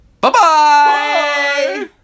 Bye-bye